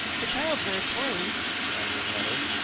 the child's very poorly added his mother.